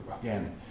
again